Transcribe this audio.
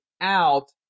out